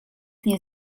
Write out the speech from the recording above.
nie